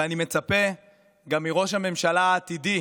ואני מצפה גם מראש הממשלה העתידי,